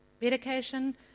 medication